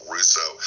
Russo